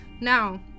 Now